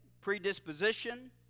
predisposition